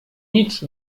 nic